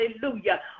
hallelujah